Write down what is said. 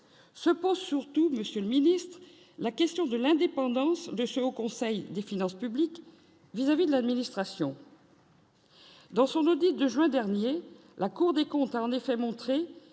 se pose surtout Monsieur le Ministre, la question de l'indépendance des chevaux au Conseil des finances publiques vis-à-vis de l'administration. Dans son audit de juin dernier, la Cour des comptes a en effet montré